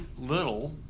little